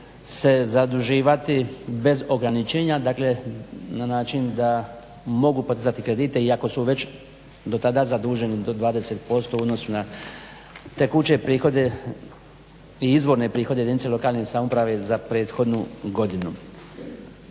se zaduživati bez ograničenja, dakle na način da mogu podizati kredite iako su već do tada zaduženi do 20% u odnosu na te kuće i prihode i izvorne prihode jedinice lokalne samouprave za prethodnu godinu.